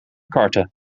karten